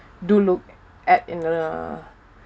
do look at in err